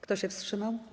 Kto się wstrzymał?